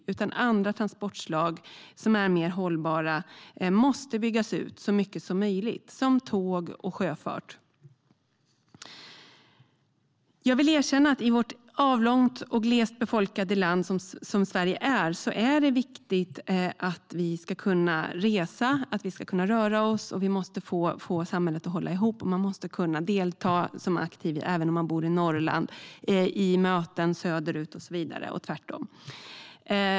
Andra, mer hållbara, transportslag som tåg och sjöfart måste byggas ut så mycket som möjligt. Jag erkänner att det i ett avlångt och glest befolkat land som Sverige är viktigt att vi kan resa och röra oss. Vi måste få samhället att hålla ihop, och man måste till exempel kunna delta och vara aktiv i möten söderut även om man bor i Norrland och tvärtom.